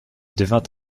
devint